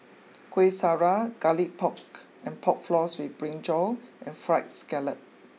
Kueh Syara Garlic Pork and Pork Floss with Brinjal and Fried Scallop